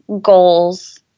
goals